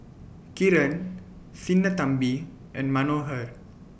Kiran Sinnathamby and Manohar